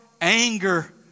anger